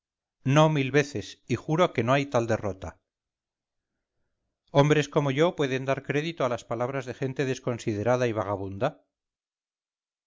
no mil veces y juro que no hay tal derrota hombres como yo pueden dar crédito a las palabras de gente desconsiderada y vagabunda